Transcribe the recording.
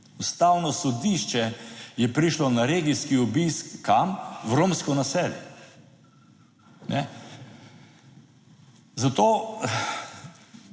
Ustavno sodišče je prišlo na regijski obisk kam, v romsko naselje. Ne